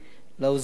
לעוזרים שלי,